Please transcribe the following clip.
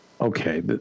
Okay